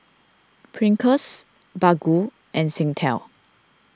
Pringles Baggu and Singtel